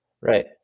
right